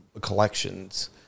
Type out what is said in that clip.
collections